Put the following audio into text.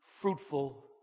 fruitful